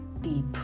deep